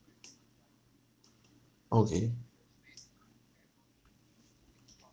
okay